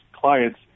clients